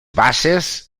basses